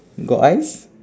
got eyes